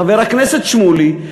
חבר הכנסת שמולי,